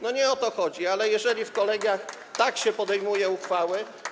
Nie o to chodzi, ale jeżeli w kolegiach tak się podejmuje uchwały.